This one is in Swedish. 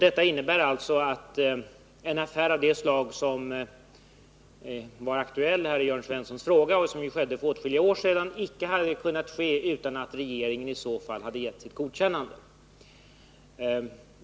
Det innebär alltså att en affär av det slag som var aktuell i Jörn Svenssons fråga och som skedde för åtskilliga år sedan, icke hade kunnat ske utan att regeringen i så fall gett sitt godkännande.